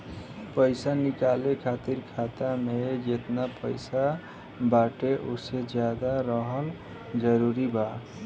पईसा निकाले खातिर खाता मे जेतना पईसा बाटे ओसे ज्यादा रखल जरूरी बा?